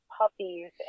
puppies